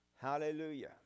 hallelujah